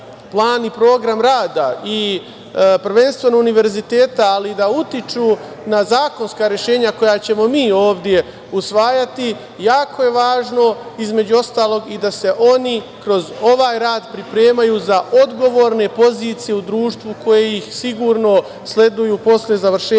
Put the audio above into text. plan i program rada i prvenstveno univerziteta, ali da utiču na zakonska rešenja koja ćemo mi ovde usvajati. Jako je važno, između ostalog, da se oni kroz ovaj rad pripremaju za odgovorne pozicije u društvu koje ih sigurno sleduju posle završetka